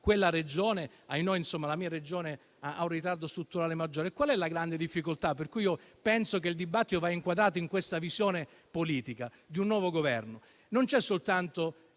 Purtroppo, la mia Regione ha un ritardo strutturale maggiore. Qual è la grande difficoltà per cui penso che il dibattito vada inquadrato nella visione politica di un nuovo Governo? Non c'è soltanto